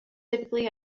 typically